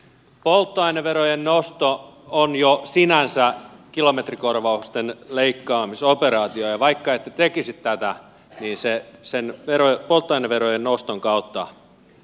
polttoaineverojen nosto on jo sinänsä kilometrikorvausten leikkaamisoperaatio ja vaikka ette tekisi tätä niin ne sen polttoaineverojen noston kautta leikkaantuvat